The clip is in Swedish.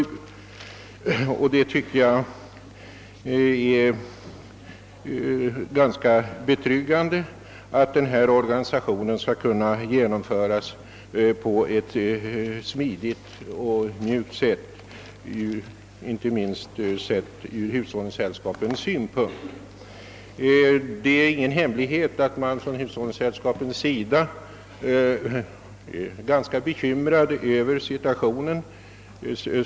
Jag tycker att det inte minst ur hushållningssällskapens synpunkt är betryggande att denna omorganisation skall kunna genomföras på ett smidigt och mjukt sätt. Det är ingen hemlighet att man från hushållningssällskapens sida är ganska bekymrad över situationen.